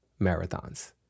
marathons